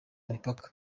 imipaka